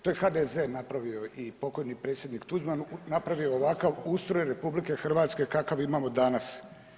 To je HDZ napravio i pokojni predsjednik Tuđman napravio ovakav ustroj RH kakav imamo danas.